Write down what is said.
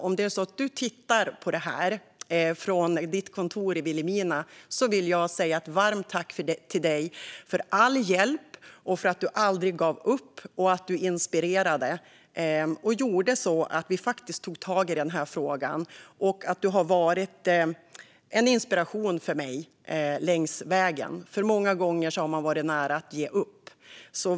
Om du tittar på detta från ditt kontor i Vilhelmina vill jag framföra ett varmt tack till dig för all hjälp, för att du aldrig gav upp och för att du inspirerade och gjorde att vi faktiskt tog tag i denna fråga. Du har varit en inspiration för mig längs vägen. Många gånger har jag varit nära att ge upp.